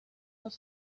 los